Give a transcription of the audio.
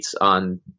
on